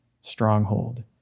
stronghold